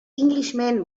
englishman